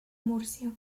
múrcia